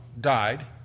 died